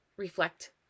reflect